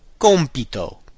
Compito